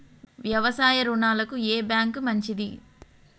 వ్యవసాయ రుణాలకు ఏ బ్యాంక్ మంచిది?